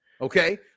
Okay